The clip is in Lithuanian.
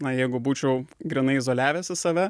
na jeigu būčiau grynai izoliavęsis save